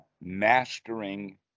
mastering